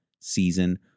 season